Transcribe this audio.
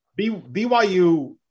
BYU